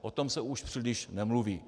O tom se už příliš nemluví.